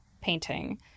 painting